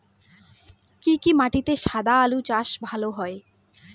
কি কি মাটিতে সাদা আলু চাষ ভালো হয়?